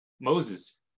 Moses